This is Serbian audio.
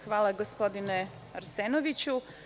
Hvala gospodine Arsenoviću.